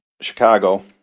Chicago